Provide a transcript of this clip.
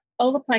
Olaplex